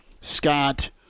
Scott